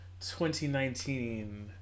2019